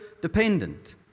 dependent